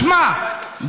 משמע,